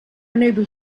unable